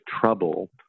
trouble